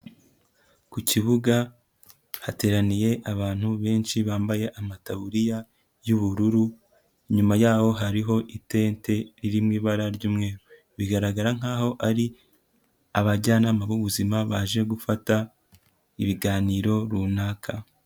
Ku kibuga hateraniye abantu benshi bambaye amataburiya y'ubururu, inyuma y'aho hariho itente riri mu ibara ry'umweru bigaragara nk'aho ari abajyanama b'ubuzima baje gufata ibiganiro runaka.